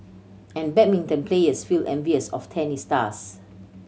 and badminton players feel envious of tennis stars